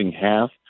half